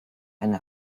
eine